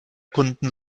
kunden